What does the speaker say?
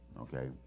okay